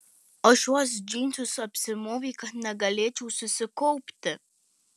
o šiuos džinsus apsimovė kad negalėčiau susikaupti